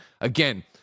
Again